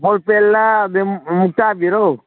ꯕꯣꯜ ꯄꯦꯟꯂꯥ ꯑꯗꯒꯤ ꯃꯨꯛꯇꯥꯕꯤꯔꯣ